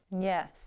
Yes